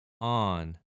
on